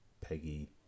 Peggy